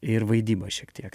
ir vaidyba šiek tiek